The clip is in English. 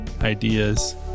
ideas